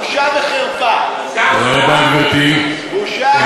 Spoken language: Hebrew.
בושה וחרפה, בושה וחרפה.